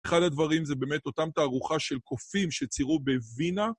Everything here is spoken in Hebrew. אחד הדברים זה באמת אותם תערוכה של קופים שציירו בווינה.